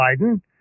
Biden